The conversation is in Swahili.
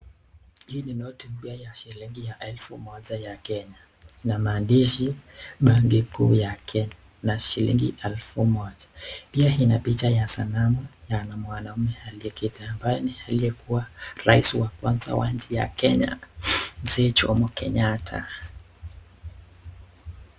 Hii ni noti mpya ya shilingi ya elfu moja ya Kenya na maandishi Banki Kuu ya Kenya na shilingi elfu moja. Pia ina picha ya sanamu ya mwanaume aliyeketi ambaye ni alikuwa rais wa kwanza wa nchi ya Kenya, Mzee Jomo Kenyatta.